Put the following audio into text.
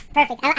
perfect